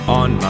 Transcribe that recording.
on